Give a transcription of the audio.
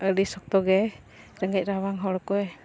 ᱟᱹᱰᱤ ᱥᱚᱠᱛᱚᱜᱮ ᱨᱮᱸᱜᱮᱡ ᱨᱟᱵᱟᱝ ᱦᱚᱲ ᱠᱚᱭ